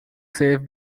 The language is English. save